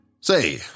Say